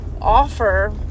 offer